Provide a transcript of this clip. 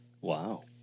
Wow